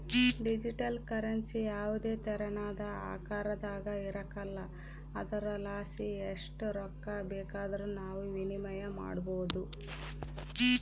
digital currency ಯಾವುದೇ ತೆರನಾದ ಆಕಾರದಾಗ ಇರಕಲ್ಲ ಆದುರಲಾಸಿ ಎಸ್ಟ್ ರೊಕ್ಕ ಬೇಕಾದರೂ ನಾವು ವಿನಿಮಯ ಮಾಡಬೋದು